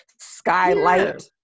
skylight